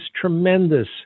tremendous